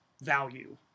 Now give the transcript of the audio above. value